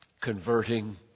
converting